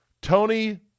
Tony